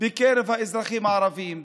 בקרב האזרחים הערבים.